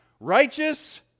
Righteous